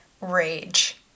rage